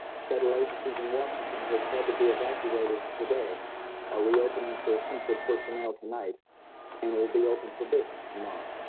federal agencies in washington which had to be evacuated today are reopening for essential personnel tonight and will be open for business tomorrow